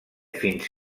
fins